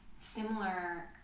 Similar